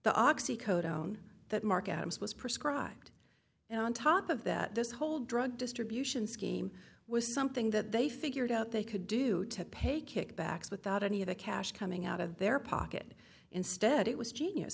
the oxy cotto on that mark out as was prescribed on top of that this whole drug distribution scheme was something that they figured out they could do to pay kickbacks without any of the cash coming out of their pocket instead it was genius